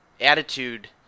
attitude